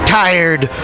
tired